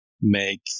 make